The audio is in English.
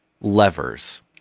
levers